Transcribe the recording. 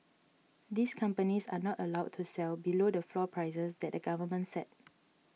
these companies are not allowed to sell below the floor prices that the government set